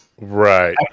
Right